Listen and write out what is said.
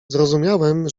zrozumiałem